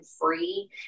free